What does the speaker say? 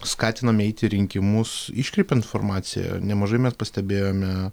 skatinami eiti į rinkimus iškreipia informaciją nemažai mes pastebėjome